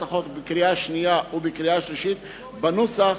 החוק בקריאה שנייה ובקריאה שלישית בנוסח